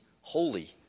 holy